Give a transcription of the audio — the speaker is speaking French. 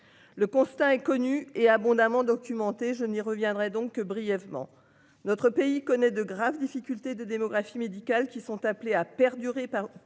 Le constat connu et abondamment documenté je n'y reviendrai donc brièvement notre pays connaît de graves difficultés de démographie médicale qui sont appelés à perdurer par